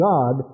God